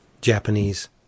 Japanese